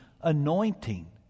anointing